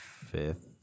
fifth